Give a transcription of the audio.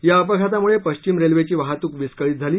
या अपघातामुळे पश्चिम रेल्वेची वाहतूक विस्कळीत झाली